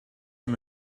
him